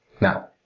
Now